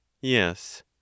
YES